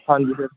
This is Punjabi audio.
ਹਾਂਜੀ ਸਰ